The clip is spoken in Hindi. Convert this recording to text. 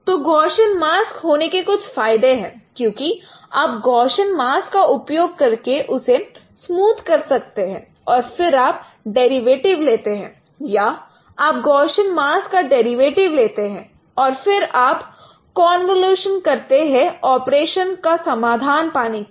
तो गौशियन मास्क होने के कुछ फायदे हैं क्योंकि आप गौशियन मास्क का उपयोग करके उसे स्मूद कर सकते हैं और फिर आप डेरिवेटिव लेते हैं या आप गौशियन मास्क का डेरिवेटिव लेते हैं और फिर आप कोनवोलूशन करते हैं ऑपरेशन का समाधान पाने के लिए